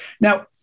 Now